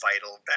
vital